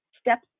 step